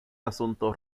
asunto